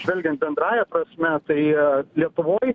žvelgiant bendrąja prasme tai lietuvoj